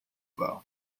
though